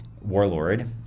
warlord